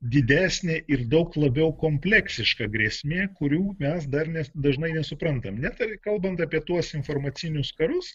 didesnė ir daug labiau kompleksiška grėsmė kurių mes dar nes dažnai nesuprantam net ir kalbant apie tuos informacinius karus